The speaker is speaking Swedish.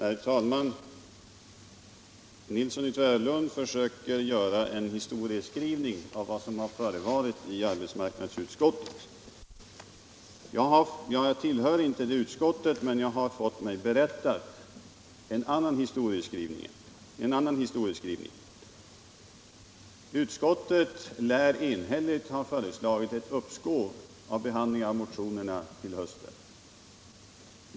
Herr talman! Herr Nilsson i Tvärålund försöker göra en historieskrivning av vad som förevarit i arbetsmarknadsutskottet. Jag tillhör inte det utskottet, men jag har fått mig berättat en annan historia. Utskottet lär enhälligt ha föreslagit uppskov med behandlingen av motionerna till hösten.